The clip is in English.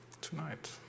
tonight